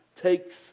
takes